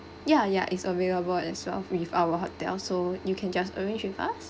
ya ya it's available as well with our hotel so you can just arrange with us